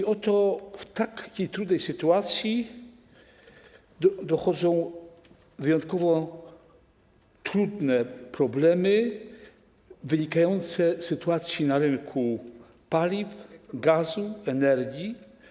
I oto do takiej trudnej sytuacji dochodzą wyjątkowo trudne problemy wynikające z sytuacji na rynku paliw, gazu, energii.